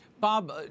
Bob